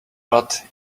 but